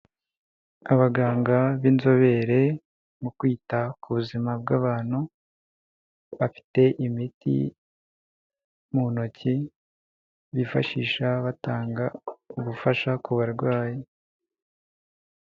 Abaganga b'inzobere mu kwita ku buzima bw'abantu, bafite imiti mu ntoki bifashisha batanga ubufasha ku barwayi.